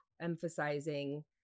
emphasizing